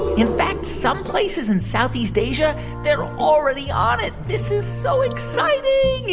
in fact, some places in southeast asia they're already on it. this is so exciting